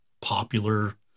popular